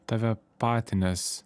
tave patį nes